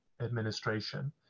administration